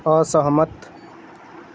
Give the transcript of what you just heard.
असहमत